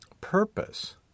purpose